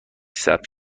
ثبت